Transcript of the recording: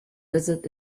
visit